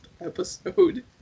episode